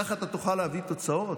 ככה אתה תוכל להביא תוצאות?